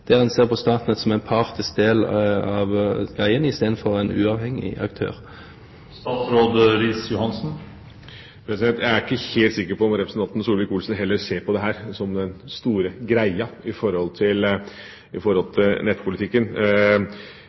der en ser på Statnett som en partisk del av greien, istedenfor en uavhengig aktør? Jeg er ikke helt sikker på om representanten Solvik-Olsen heller ser på dette som den store greia i forhold til